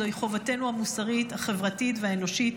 זוהי חובתנו המוסרית, החברתית והאנושית.